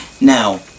Now